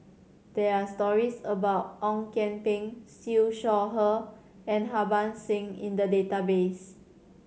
there are stories about Ong Kian Peng Siew Shaw Her and Harbans Singh in the database